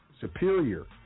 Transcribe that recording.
Superior